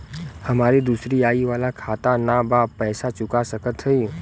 हमारी दूसरी आई वाला खाता ना बा पैसा चुका सकत हई?